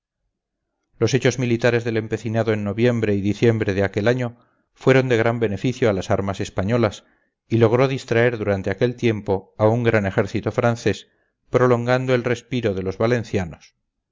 los hechos militares del empecinado en noviembre y diciembre de aquel año fueron de gran beneficio a las armas españolas y logró distraer durante aquel tiempo a un gran ejército francés prolongando el respiro de los valencianos